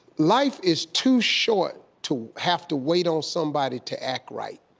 life is too short to have to wait on somebody to act right.